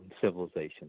civilization